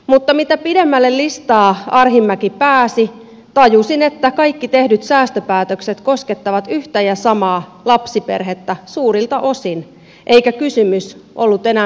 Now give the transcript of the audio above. mutta kun arhinmäki pääsi pidemmälle listaa tajusin että kaikki tehdyt säästöpäätökset koskettavat yhtä ja samaa lapsiperhettä suurilta osin eikä kysymys ollut enää pikkusummista